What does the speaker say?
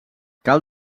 cal